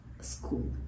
school